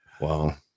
Wow